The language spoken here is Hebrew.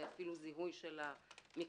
אפילו זיהוי של המקרה,